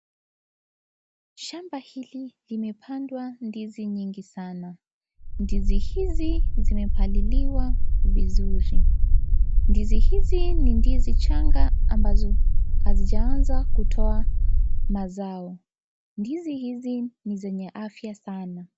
Shamba hili limepandwa ndizi nyingi sana. Ndizi hizi zimepaliliwa vizuri. Ndizi hizi ni ndizi changa ambazo hazijaanza kutoa mazao. Ndizi ni zenye afya sana.